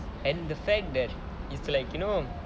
and the fact that it's like you know